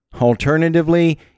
Alternatively